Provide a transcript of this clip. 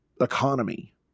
economy